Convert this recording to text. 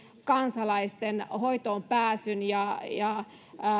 kansalaisten hoitoonpääsyn ja ja